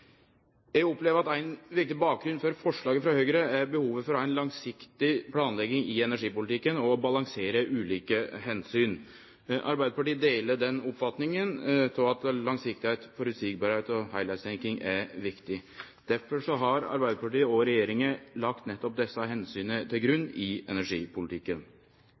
Eg opplever at ein viktig bakgrunn for forslaget frå Høgre er behovet for å ha ei langsiktig planlegging i energipolitikken og å balansere ulike omsyn. Arbeidarpartiet deler den oppfatninga at langsiktigheit, føreseielegheit og heilheitstenking er viktig. Derfor har Arbeidarpartiet og regjeringa lagt nettopp desse omsyna til grunn i energipolitikken.